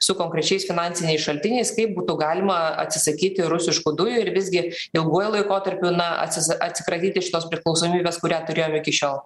su konkrečiais finansiniais šaltiniais kaip būtų galima atsisakyti rusiškų dujų ir visgi ilguoju laikotarpiu na atsi atsikratyti šitos priklausomybės kurią turėjome iki šiol